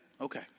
Okay